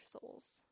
souls